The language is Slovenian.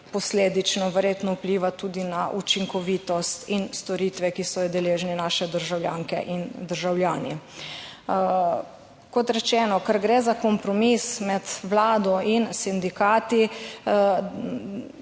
posledično verjetno vpliva tudi na učinkovitost in storitve, ki so jo deležni naše državljanke in državljani. Kot rečeno, ker gre za kompromis med vlado in sindikati,